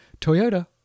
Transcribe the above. Toyota